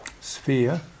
sphere